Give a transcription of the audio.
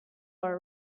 are